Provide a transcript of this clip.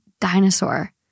dinosaur